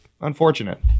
Unfortunate